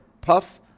puff